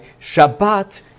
Shabbat